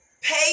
Pay